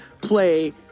play